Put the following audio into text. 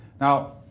Now